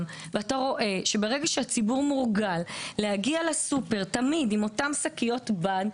ואתה רואה שברגע שהציבור מורגל להגיע לסופר עם אותן שקיות בד,